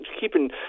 keeping